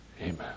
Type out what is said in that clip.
amen